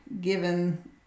given